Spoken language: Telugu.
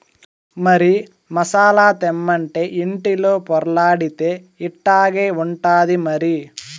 మరి మసాలా తెమ్మంటే ఇంటిలో పొర్లాడితే ఇట్టాగే ఉంటాది మరి